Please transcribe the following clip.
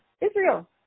israel